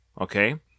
Okay